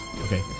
Okay